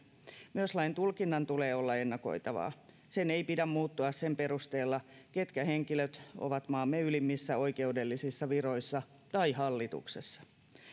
myös lain tulkinnan tulee olla ennakoitavaa sen ei pidä muuttua sen perusteella ketkä henkilöt ovat maamme ylimmissä oikeudellisissa viroissa tai hallituksessa